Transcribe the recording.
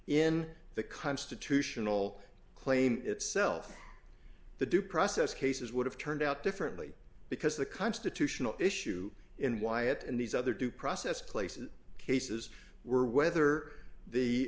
in the constitutional claim itself the due process cases would have turned out differently because the constitutional issue in why it in these other due process places cases were whether the